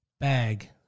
Bag